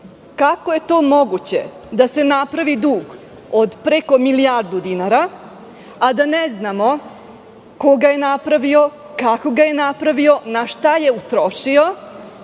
kako je to moguće da se napravi dug od preko milijardu dinara, a da ne znamo ko ga je napravio, kako ga je napravio, na šta je utrošio